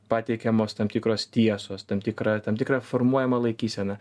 pateikiamos tam tikros tiesos tam tikra tam tikra formuojama laikysena